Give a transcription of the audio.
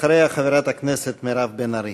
אחריה, חברת הכנסת מירב בן ארי.